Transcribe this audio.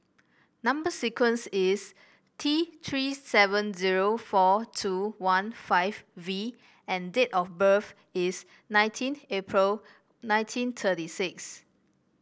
number sequence is T Three seven zero four two one five V and date of birth is nineteen April nineteen thirty six